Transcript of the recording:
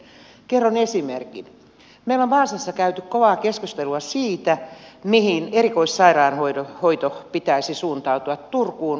meillä on vaasassa käyty kovaa keskustelua siitä mihin erikoissairaanhoidon pitäisi suuntautua turkuun vaiko tampereelle